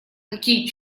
какие